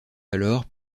alors